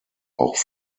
auch